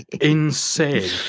insane